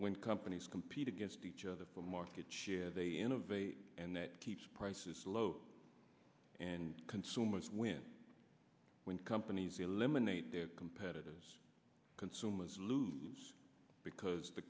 when companies compete against each other for market share they innovate and that keeps prices low and consumers win when companies eliminate their competitors consumers lose because the